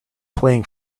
playing